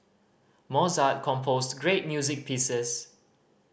Mozart composed great music pieces